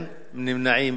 בבקשה.